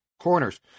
corners